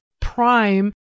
prime